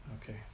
Okay